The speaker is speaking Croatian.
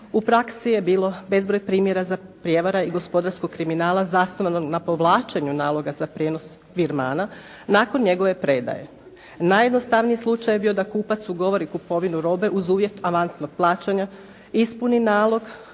U praksi je bilo bezbroj primjera za, prijevara i gospodarskog kriminala zasnovanog na povlačenju naloga za prijenos virmana nakon njegove predaje. Najjednostavniji slučaj je bio da kupac ugovori kupovinu robe uz uvjet avansnog plaćanja, ispuni nalog.